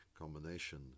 combination